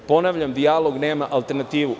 Ponavljam, dijalog nema alternativu.